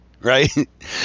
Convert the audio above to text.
right